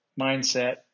mindset